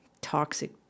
toxic